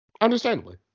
Understandably